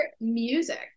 music